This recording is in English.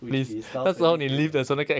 which is now twenty K per